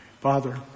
Father